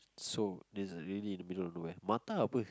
so that's really in a middle of nowhere Mattar apa